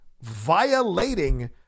violating